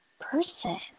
person